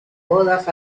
bodas